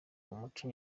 muco